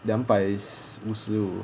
两百五十五